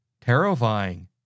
terrifying